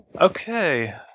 Okay